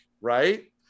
right